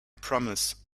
promise